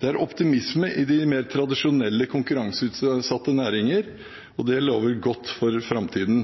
Det er optimisme i de mer tradisjonelle, konkurranseutsatte næringene, og det lover godt for framtiden.